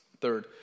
Third